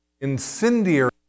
incendiary